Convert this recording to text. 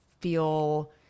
feel